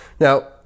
Now